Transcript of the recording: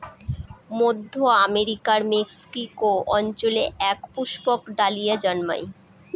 মধ্য আমেরিকার মেক্সিকো অঞ্চলে এক পুষ্পক ডালিয়া জন্মায়